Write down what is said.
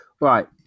Right